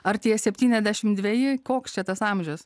ar tie septyniasdešimt dveji koks čia tas amžius